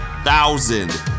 thousand